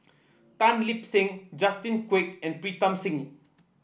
Tan Lip Seng Justin Quek and Pritam Singh